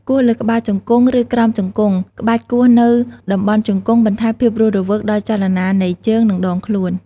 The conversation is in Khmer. គោះលើក្បាលជង្គង់ ឬក្រោមជង្គង់ ក្បាច់គោះនៅតំបន់ជង្គង់ បន្ថែមភាពរស់រវើកដល់ចលនានៃជើង និងដងខ្លួន។